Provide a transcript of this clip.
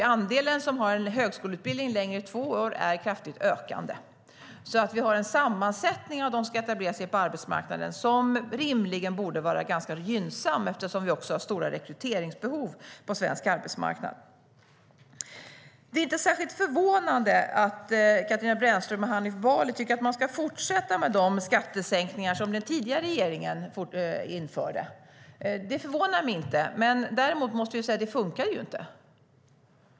Andelen som har en högskoleutbildning längre än två år är kraftigt ökande. Vi har alltså en sammansättning av dem som ska etablera sig på arbetsmarknaden som rimligen borde vara ganska gynnsam, eftersom vi också har stora rekryteringsbehov på svensk arbetsmarknad. Det är inte särskilt förvånande att Katarina Brännström och Hanif Bali tycker att vi ska fortsätta med de skattesänkningar som den tidigare regeringen införde. Det förvånar mig inte. Däremot måste jag säga att det inte fungerade.